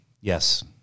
yes